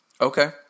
Okay